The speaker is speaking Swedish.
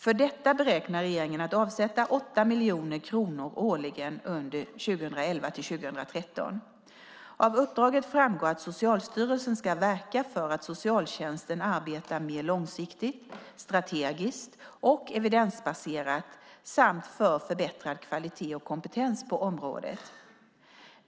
För detta beräknar regeringen att avsätta 8 miljoner kronor årligen under 2011-2013. Av uppdraget framgår att Socialstyrelsen ska verka för att socialtjänsten arbetar mer långsiktigt, strategiskt och evidensbaserat samt för förbättrad kvalitet och kompetens på området.